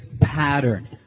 pattern